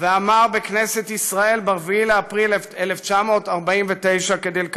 ואמר בכנסת ישראל ב-4 באפריל 1949 כדלקמן: